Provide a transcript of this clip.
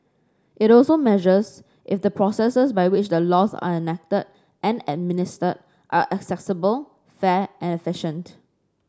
it also measures if the processes by which the laws are enacted and administered are accessible fair and efficient